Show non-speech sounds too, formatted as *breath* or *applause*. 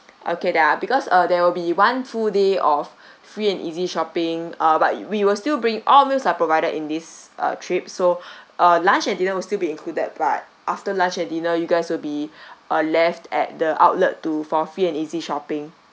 okay then because uh there will be one full day of *breath* free and easy shopping uh but we will still bring all meals are provided in this trip uh so *breath* uh lunch and dinner will still be included but after lunch and dinner you guys will be *breath* uh left at the outlet to for free and easy shopping